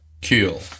kill